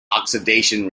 oxidation